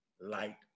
light